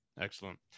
excellent